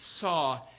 saw